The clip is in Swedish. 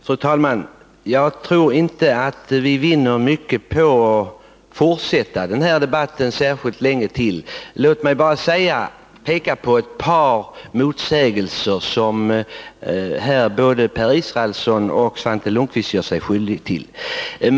Fru talman! Jag tror inte att vi vinner mycket på att fortsätta denna debatt. Låt mig bara peka på ett par motsägelser som både Per Israelsson och Svante Lundkvist gjorde sig skyldiga till.